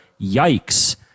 Yikes